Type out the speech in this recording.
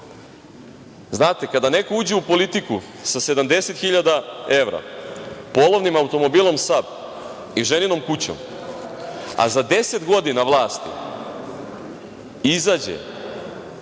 kada neko uđe u politiku sa 70 hiljada evra, polovnim automobilom „Sab“ i ženinom kućom, a za 10 godina vlasti izađe